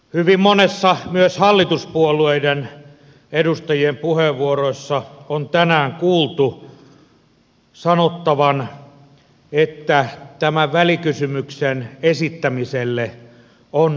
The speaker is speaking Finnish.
hyvin monissa puheenvuoroissa myös hallituspuolueiden edustajien puheenvuoroissa on tänään kuultu sanottavan että tämän välikysymyksen esittämiselle on perusteensa